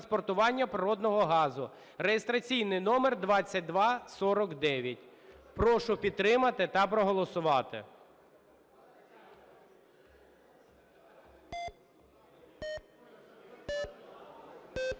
Прошу підтримати та проголосувати.